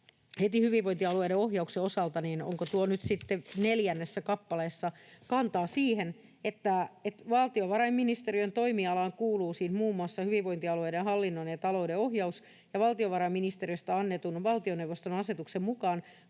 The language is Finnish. heti hyvinvointialueiden ohjauksen osalta — onko tuo nyt sitten neljännessä kappaleessa — kantaa siihen, että valtiovarainministeriön toimialaan kuuluu siis muun muassa hyvinvointialueiden hallinnon ja talouden ohjaus ja valtiovarainministeriöstä annetun valtioneuvoston asetuksen mukaan